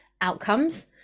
outcomes